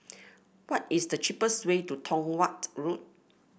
what is the cheapest way to Tong Watt Road